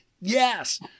Yes